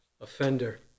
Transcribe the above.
offender